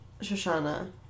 Shoshana